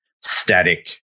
static